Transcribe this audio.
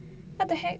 what the heck